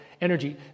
energy